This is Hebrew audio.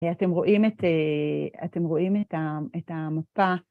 אתם רואים את המופע.